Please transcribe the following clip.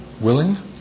Willing